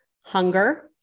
hunger